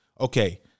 Okay